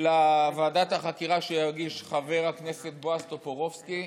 לוועדת החקירה שהגיש חבר הכנסת בועז טופורובסקי,